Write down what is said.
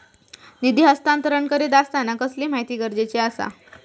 निधी हस्तांतरण करीत आसताना कसली माहिती गरजेची आसा?